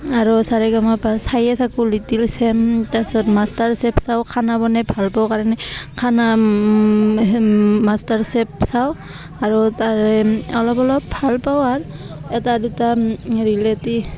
আৰু চা ৰে গা মা পা চায়ে থাকোঁ লিটিল চেম্প তাৰছত মাষ্টাৰ চেফ চাওঁ খানা বনাই ভাল পাওঁ কাৰণে খানা মাষ্টাৰ চেফ চাওঁ আৰু তাৰে অলপ অলপ ভাল পাওঁ আৰ এটা দুটা ৰিলেটি